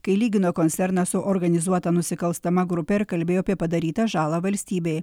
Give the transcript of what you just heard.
kai lygino koncerną su organizuota nusikalstama grupe ir kalbėjo apie padarytą žalą valstybei